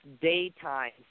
daytime